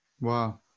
Wow